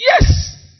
Yes